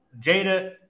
Jada